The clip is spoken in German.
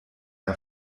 der